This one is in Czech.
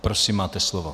Prosím, máte slovo.